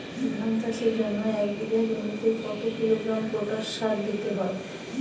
ধান চাষের জন্য এক বিঘা জমিতে কতো কিলোগ্রাম পটাশ সার দিতে হয়?